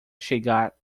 chegar